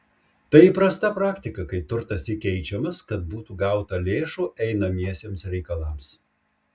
tai įprasta praktika kai turtas įkeičiamas kad būtų gauta lėšų einamiesiems reikalams